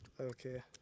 Okay